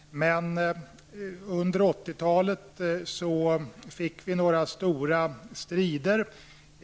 Under 80-talet var det några stora strider.